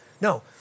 No